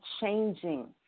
changing